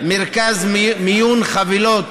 מרכז מיון חבילות.